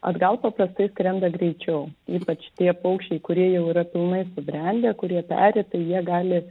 atgal paprastai skrenda greičiau ypač tie paukščiai kurie jau yra pilnai subrendę kurie peri tai jie gali